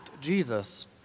Jesus